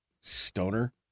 stoner